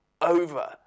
over